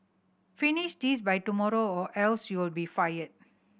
finish this by tomorrow or else you'll be fired